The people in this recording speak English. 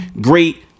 great